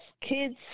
kids